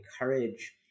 encourage